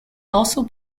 also